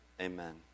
Amen